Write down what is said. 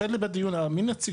אני רוצה לומר לך